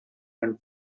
and